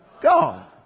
God